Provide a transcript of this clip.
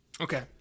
Okay